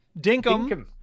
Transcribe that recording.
Dinkum